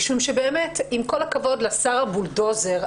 משום שבאמת עם כל הכבוד לשר הבולדוזר,